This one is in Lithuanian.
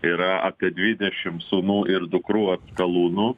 yra apie dvidešim sūnų ir dukrų atskalūnų